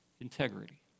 integrity